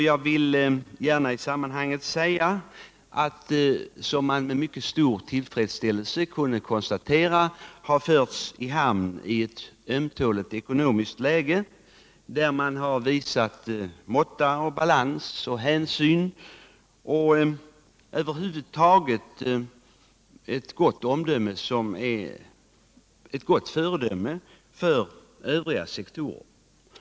Jag vill i det sammanhanget gärna säga att dessa förhandlingar, som man med mycket stor tillfredsställelse nu konstaterar, har förts i hamn i ett mycket ömtåligt läge, där man visat måtta, balans och hänsyn och över huvud taget ett gott omdöme, vilket är ett gott exempel för övriga sektorer.